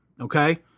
okay